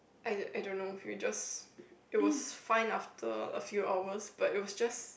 I I don't know it was just it was fine after a few hours but it was just